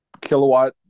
kilowatt